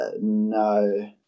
no